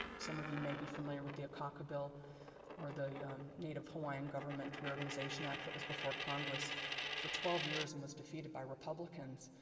some of you may be familiar with the akaka bill or the yeah um native hawaiian government reorganization act that was before congress for twelve years and was defeated by republicans.